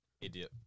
Idiot